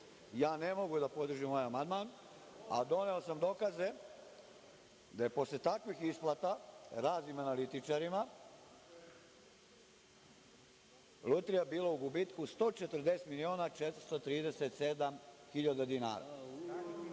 ne mogu da podržim ovaj amandman, a doneo sam dokaze da je posle takvih isplata raznim analitičarima Lutrija bila u gubitku 140 miliona 437 hiljada dinara.